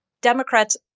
Democrats